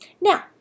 Now